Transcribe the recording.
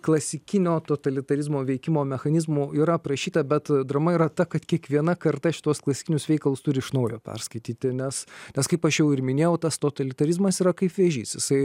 klasikinio totalitarizmo veikimo mechanizmų yra aprašyta bet drama yra ta kad kiekviena karta šituos klasikinius veikalus turi iš naujo perskaityti nes nes kaip aš jau ir minėjau tas totalitarizmas yra kaip vėžys jisai